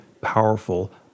powerful